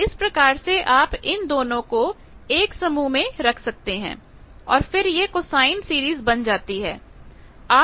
तो इस प्रकार से आप इन दोनों को एक समूह में रख सकते हैं और फिर यह कोसाइन सीरीज बन जाती है